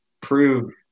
prove